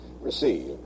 receive